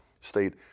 state